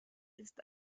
ist